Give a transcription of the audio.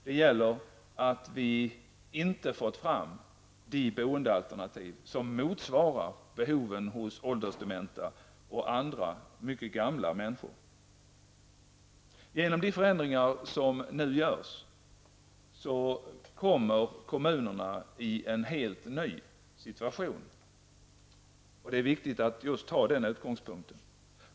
Det gäller att vi inte har fått fram de boendealternativ som motsvarar behoven hos åldersdementa och andra mycket gamla människor. Genom de förändringar som nu görs kommer kommunerna i en helt ny situation, och det är viktigt att man har just denna utgångspunkt.